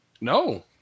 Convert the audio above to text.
No